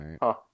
right